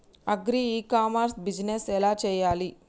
Agri e commerce business ఎలా చెయ్యాలి?